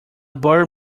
bird